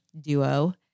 duo